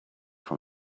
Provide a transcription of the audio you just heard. from